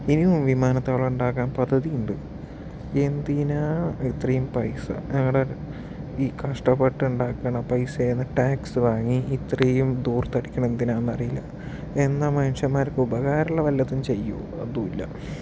ഇണിയും വിമാനത്താവളം ഉണ്ടാക്കാൻ പദ്ധതി ഉണ്ട് എന്തിനാ ഇത്രയും പൈസ ഞങ്ങളുടെ ഈ കഷ്ടപ്പെട്ട് ഉണ്ടാക്കുന്ന പൈസയിൽ നിന്ന് ടാക്സ് വാങ്ങി ഇത്രയും ധൂർത്തടിക്കുന്നത് എന്തിനാണെന്ന് അറിയില്ല എന്നാൽ മനുഷ്യൻമാർക്ക് ഉപകാരമുള്ള വല്ലതും ചെയ്യുമോ അതും ഇല്ല